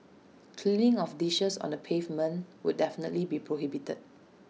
cleaning of dishes on the pavement would definitely be prohibited